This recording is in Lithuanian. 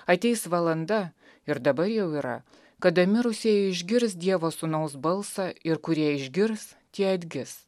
ateis valanda ir daba jau yra kada mirusieji išgirs dievo sūnaus balsą ir kurie išgirs tie atgis